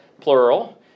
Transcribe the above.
plural